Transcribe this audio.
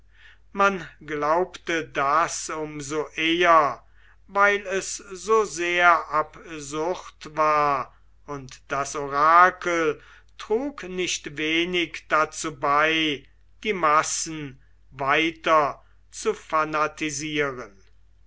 man glaubte das um so eher weil es so sehr absurd war und das orakel trug nicht wenig dazu bei die massen weiter zu fanatisieren